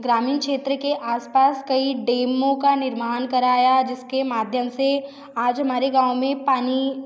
ग्रामीण क्षेत्र के आस पास कई डैमों का निर्मान कराया जिसके माध्यम से आज हमारे गाँव में पानी